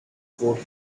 fort